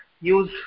use